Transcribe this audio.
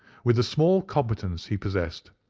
with the small competence he possessed,